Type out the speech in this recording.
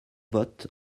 vote